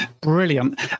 Brilliant